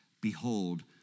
behold